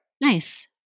nice